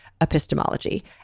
epistemology